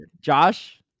Josh